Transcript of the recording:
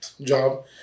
job